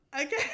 Okay